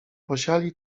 posiali